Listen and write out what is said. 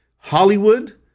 Hollywood